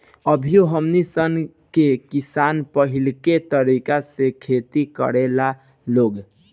अभियो हमनी सन के किसान पाहिलके तरीका से खेती करेला लोग